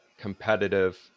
competitive